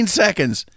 seconds